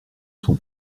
son